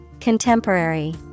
Contemporary